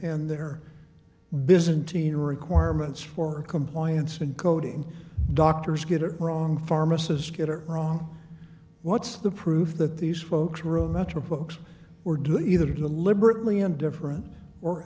and their byzantine requirements for compliance and coding doctors get it wrong pharmacists get are wrong what's the prove that these folks room after books were to either deliberately and different or